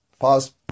Pause